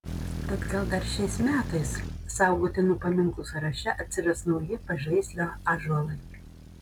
tad gal dar šiais metais saugotinų paminklų sąraše atsiras nauji pažaislio ąžuolai